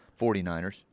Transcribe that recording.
49ers